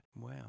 Wow